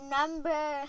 number